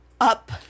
up